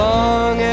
Long